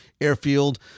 Airfield